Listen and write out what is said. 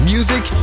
Music